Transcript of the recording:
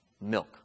milk